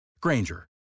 Granger